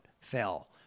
fell